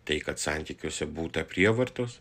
tai kad santykiuose būta prievartos